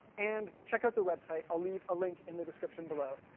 and, check out their website i'll leave a link in the description below.